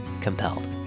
COMPELLED